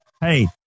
Hey